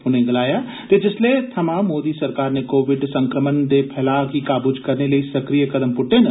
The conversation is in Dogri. उनें गलाया जे जिसलै थमां मोदी सरकार नै कोविड संक्रमण दे फैलाऽ गी काबू करने लेई सक्रिय कदम पुट्टे न